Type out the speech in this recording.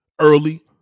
early